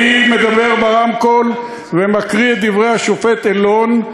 אני מדבר ברמקול ומקריא את דברי השופט אלון,